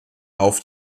auf